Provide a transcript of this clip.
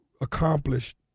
accomplished